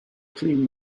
clean